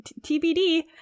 tbd